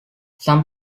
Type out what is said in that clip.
some